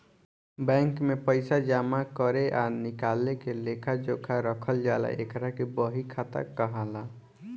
bank में पइसा जामा करे आ निकाले के लेखा जोखा रखल जाला एकरा के बही खाता कहाला